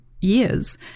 years